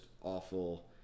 awful